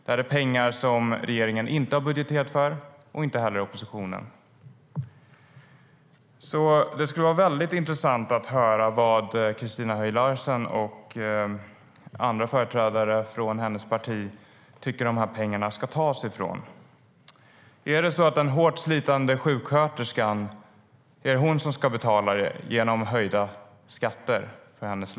Det är pengar som regeringen inte har budgeterat för, och inte heller oppositionen. Är det den hårt slitande sjuksköterskan som ska betala genom höjd skatt på lönen?